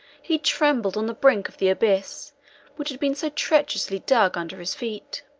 he trembled on the brink of the abyss which had been so treacherously dug under his feet.